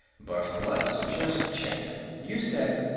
but let's just check. you said.